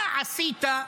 מה עשית?